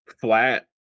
flat